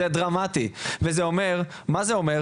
זה דרמטי, ומה זה אומר?